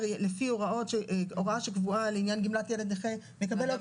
לפי הוראה שקבועה לעניין גמלת ילד נכה לקבל עוד